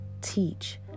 teach